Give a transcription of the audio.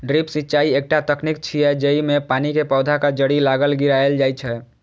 drip सिंचाइ एकटा तकनीक छियै, जेइमे पानि कें पौधाक जड़ि लग गिरायल जाइ छै